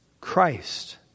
Christ